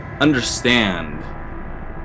understand